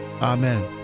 amen